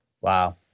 Wow